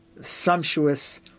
sumptuous